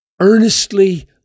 earnestly